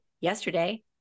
yesterday